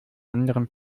anderen